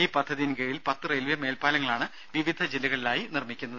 ഈ പദ്ധതിയിൻ കീഴിൽ പത്ത് റെയിൽവെ മേൽപ്പാലങ്ങളാണ് വിവിധ ജില്ലകളിലായി നിർമ്മിക്കുന്നത്